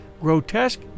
Grotesque